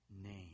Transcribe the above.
name